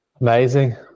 amazing